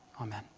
amen